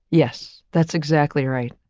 yes, that's exactly right.